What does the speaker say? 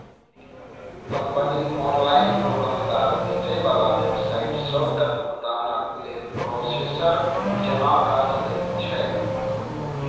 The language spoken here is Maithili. कंपनी ऑनलाइन दोकानदार, बेचे बला वेबसाइट सबके भुगतानक लेल प्रोसेसर जेना काज लैत छै